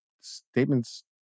statements